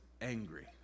angry